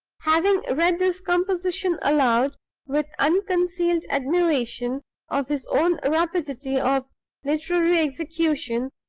having read this composition aloud with unconcealed admiration of his own rapidity of literary execution,